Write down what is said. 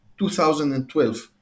2012